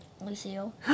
Lucille